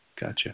Gotcha